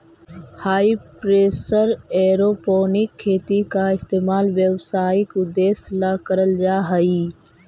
हाई pressure aeroponic खेती का इस्तेमाल व्यावसायिक उद्देश्य ला करल जा हई